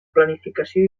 planificació